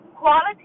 Quality